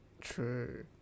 True